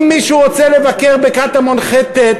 אם מישהו רוצה לבקר בקטמון ח'-ט',